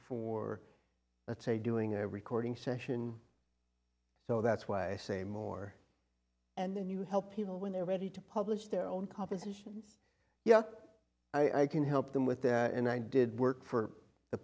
a say doing a recording session so that's why i say more and then you help people when they're ready to publish their own compositions yeah i can help them with that and i did work for the